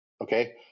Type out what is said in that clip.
okay